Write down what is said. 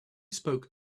spoke